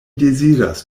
deziras